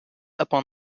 upon